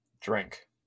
Drink